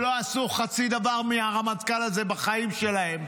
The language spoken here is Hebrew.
שלא עשו חצי ממה שעשה הרמטכ"ל הזה בחיים שלהם,